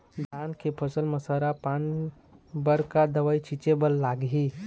धान के फसल म सरा पान बर का दवई छीचे बर लागिही?